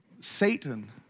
Satan